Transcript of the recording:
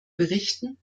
berichten